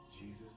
Jesus